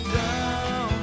down